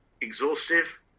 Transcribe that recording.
exhaustive